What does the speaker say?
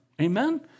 Amen